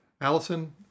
Allison